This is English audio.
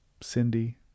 cindy